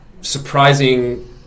surprising